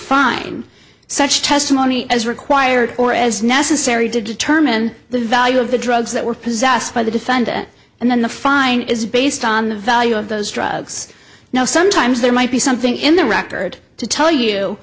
fine such testimony as required or as necessary to determine the value of the drugs that were possessed by the defendant and then the fine is based on the value of those drugs now sometimes there might be something in the record to tell you